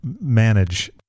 manage